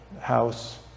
house